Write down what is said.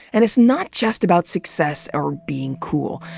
and it's not just about success or being cool,